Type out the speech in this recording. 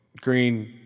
Green